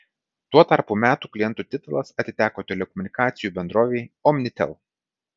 tuo tarpu metų klientų titulas atiteko telekomunikacijų bendrovei omnitel